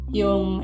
yung